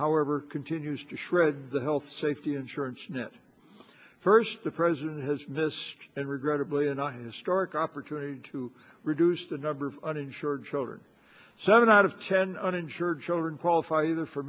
however continues to shred the health safety insurance net first the president has missed and regrettably and i historic opportunity to reduce the number of uninsured children seven out of ten uninsured children qualif